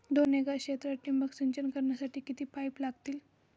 दोन एकर क्षेत्रात ठिबक सिंचन करण्यासाठी किती पाईप लागतील?